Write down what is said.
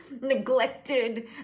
neglected